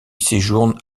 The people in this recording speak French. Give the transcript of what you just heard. séjourne